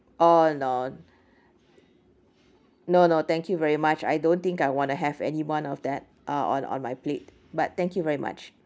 oh no no no thank you very much I don't think I want to have any one of that uh on on my plate but thank you very much